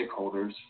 stakeholders